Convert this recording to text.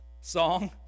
song